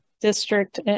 district